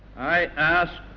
i ask